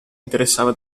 interessava